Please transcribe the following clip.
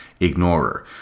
ignorer